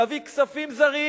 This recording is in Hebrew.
להביא כספים זרים